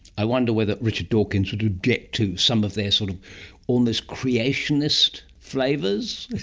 i wonder whether richard dawkins would object to some of their sort of almost creationist flavours?